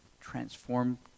transform